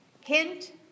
Hint